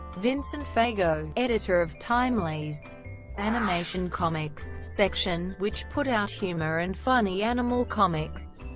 vincent fago, editor of timely's animation comics section, which put out humor and funny animal comics,